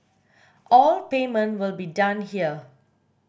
all payment will be done here